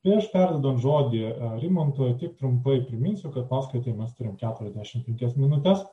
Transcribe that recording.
prieš perduodant žodį rimantui tik trumpai priminsiu kad paskaitai mes turim keturiasdešimt penkias minutes